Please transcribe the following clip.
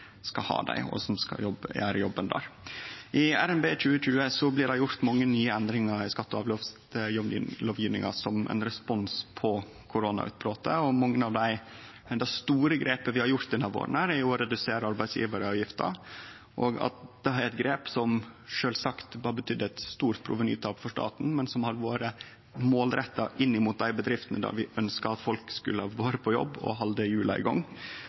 skal ha dei og som skal gjere jobben der. I RNB 2020 blir det gjort mange nye endringar i skatte- og avgiftslovgivinga som ein respons på koronautbrotet. Eit av dei mange store grepa vi har gjort denne våren, har vore å redusere arbeidsgjevaravgifta. Det er eit grep som sjølvsagt har betydd eit stort provenytap for staten, men som har vore målretta inn mot dei bedriftene der vi ønskjer at folk skal vere på jobb og halde hjula i gang.